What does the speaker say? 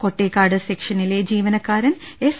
കോട്ടേക്കാട് സെക്ഷനിലെ ജീവനക്കാരൻ എ സ്